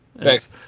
Thanks